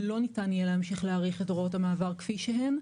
לא ניתן יהיה להמשיך להאריך את הוראות המעבר כפי שהן,